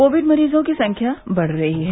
Covid मरीजों की संख्या बढ़ रही है